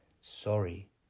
Sorry